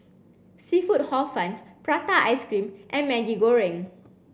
seafood hor fun prata ice cream and Maggi Goreng